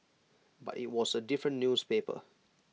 but IT was A different newspaper